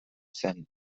zen